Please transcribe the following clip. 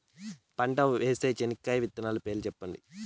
బాగా పంట వచ్చే చెనక్కాయ విత్తనాలు పేర్లు సెప్పండి?